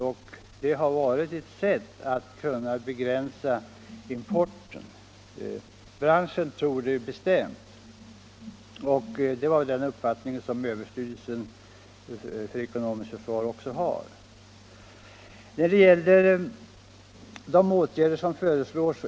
Importtull hade varit ett sätt att begränsa importen — branschen tror det bestämt, och den uppfattningen har också överstyrelsen för ekonomiskt försvar.